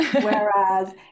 Whereas